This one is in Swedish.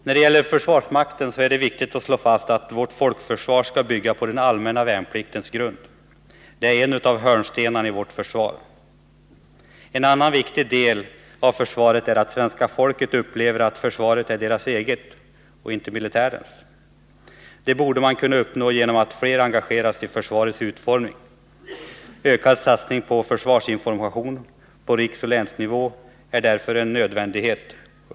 När det gäller försvarsmakten är det viktigt att slå fast att vårt folkförsvar skall bygga på den allmänna värnpliktens grund; det är en av hörnstenarna i vårt försvar. En annan viktig del av försvaret är att svenska folket upplever att försvaret är deras eget och inte militärens. Det borde man kunna uppnå genom att fler engageras i försvarets utformning. Ökad satsning på försvarsinformation på riksoch länsnivå är därför en nödvändighet.